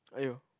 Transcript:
aiyo